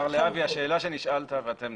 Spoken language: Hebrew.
מר להבי, השאלה שנשאלת ואתם